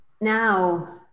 now